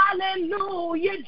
Hallelujah